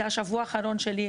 זה השבוע האחרון שלי,